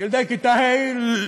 ילדי כיתה ה'